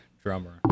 drummer